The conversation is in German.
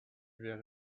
wäre